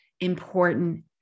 important